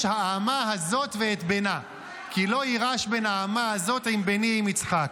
האמה הזאת ואת בנה כי לא ירש בן האמה הזאת עם בני עם יצחק".